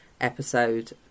episode